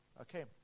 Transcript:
Okay